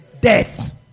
death